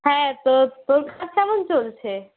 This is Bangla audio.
হ্যাঁ তো তোর কাজ কেমন চলছে